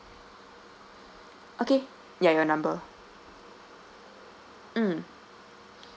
okay ya your number mm